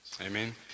amen